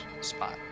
spot